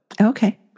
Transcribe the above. Okay